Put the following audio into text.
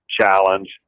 challenge